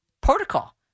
protocol